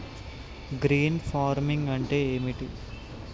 Green farming అంటే ఏమిటి?